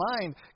mind